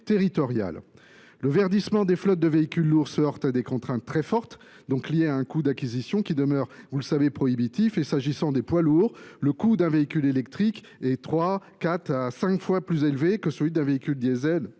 Le verdissement des flottes de véhicules lourds se heurte à des contraintes fortes, liées à un coût d’acquisition qui demeure prohibitif. S’agissant des poids lourds, le coût d’un véhicule électrique est 3,5 à 4,5 fois plus élevé que celui d’un véhicule diesel.